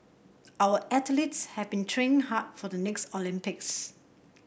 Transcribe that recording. our athletes have been training hard for the next Olympics